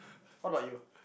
what about you